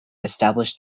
established